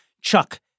Chuck